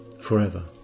forever